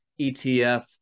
ETF